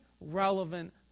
relevant